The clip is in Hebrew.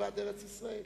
מלבד ארץ-ישראל.